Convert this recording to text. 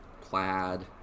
plaid